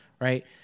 Right